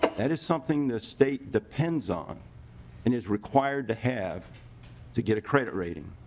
that is something the state depends on and is required to have to get a credit rating.